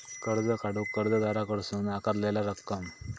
कर्ज काढूक कर्जदाराकडसून आकारलेला रक्कम